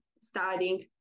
studying